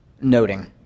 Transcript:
noting